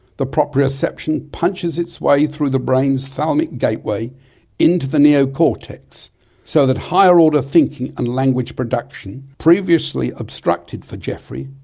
the proprioception punches its way through the brain's thalmic gateway into the neocortex so that higher order thinking and language production, previously obstructed for geoffrey,